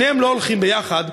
שניהם לא הולכים ביחד,